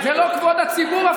זה לא כבוד הציבור,